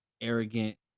arrogant